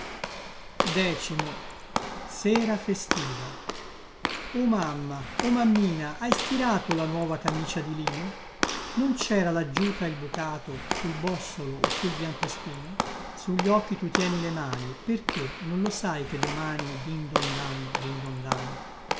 cuce cuce o mamma o mammina hai stirato la nuova camicia di lino non cera laggiù tra il bucato sul bossolo o sul biancospino su gli occhi tu tieni le mani perchè non lo sai che domani din don dan din don dan